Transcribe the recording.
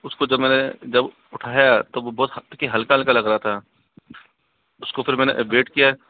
उसको जब मैंने जब उठाया तो बहुत हल्का हल्का लग रहा था उसको फ़िर मैंने अपडेट किया